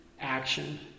action